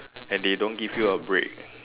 and they don't give you a break